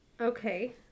Okay